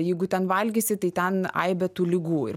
jeigu ten valgysi tai ten aibė tų ligų ir